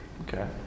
okay